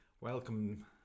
Welcome